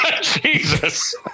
Jesus